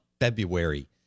February